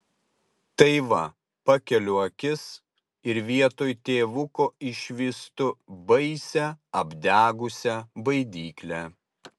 tai va pakeliu akis ir vietoj tėvuko išvystu baisią apdegusią baidyklę